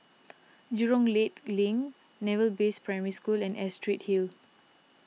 Jurong Lake Link Naval Base Primary School and Astrid Hill